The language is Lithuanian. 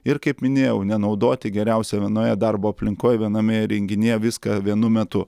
ir kaip minėjau nenaudoti geriausia vienoje darbo aplinkoj viename įrenginyje viską vienu metu